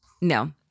No